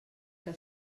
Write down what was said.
que